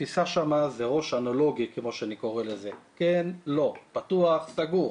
התפיסה שם זה ראש אנלוגי, כן לא, פתוח סגור,